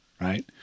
Right